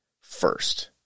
first